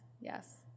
yes